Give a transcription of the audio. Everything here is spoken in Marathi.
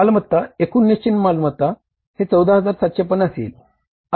मालमत्ता एकूण निश्चित मालमत्ता हि 14750 येईल